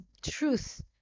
truth